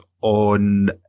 on